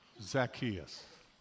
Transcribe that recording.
Zacchaeus